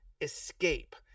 escape